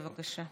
בבקשה.